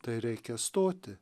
tai reikia stoti